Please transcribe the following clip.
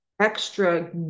extra